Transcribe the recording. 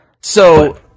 so-